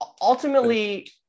ultimately